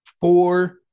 Four